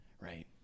right